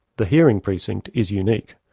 the hearing precinct is unique.